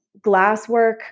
glasswork